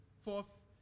fourth